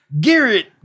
Garrett